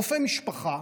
רופא משפחה,